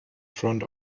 front